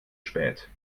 spät